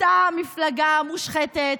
אותה מפלגה מושחתת,